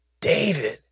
David